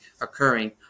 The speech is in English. occurring